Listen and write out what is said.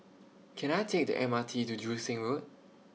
Can I Take The M R T to Joo Seng Road